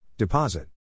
Deposit